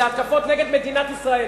זה התקפות נגד מדינת ישראל.